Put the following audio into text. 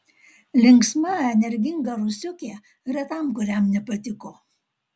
linksma energinga rusiukė retam kuriam nepatiko